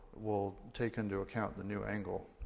we'll take into account the new angle.